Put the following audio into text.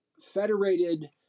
Federated